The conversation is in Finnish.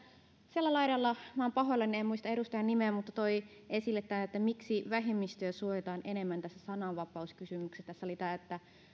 siellä laidalla minä olen pahoillani en muista edustajan nimeä tuotiin esille tämä että miksi vähemmistöjä suojataan enemmän tässä sananvapauskysymyksessä tässä oli tämä että